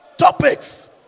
topics